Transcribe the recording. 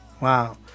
wow